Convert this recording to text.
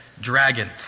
dragon